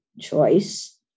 choice